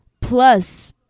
plus